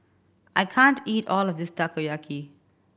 I can't eat all of this Takoyaki